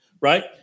right